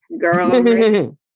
Girl